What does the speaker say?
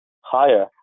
higher